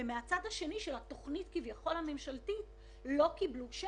ומהצד השני של התכנית הממשלתית כביכול לא קיבלו שקל.